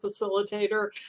facilitator